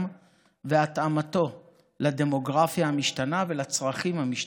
והתאמתו לדמוגרפיה המשתנה ולצרכים המשתנים.